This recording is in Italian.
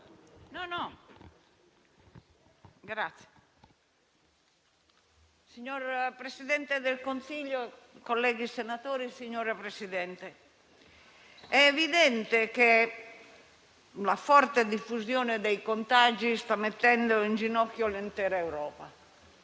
signor Presidente del Consiglio, colleghi senatori, è evidente che la forte diffusione dei contagi sta mettendo in ginocchio l'intera Europa